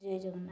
Jay Jagannath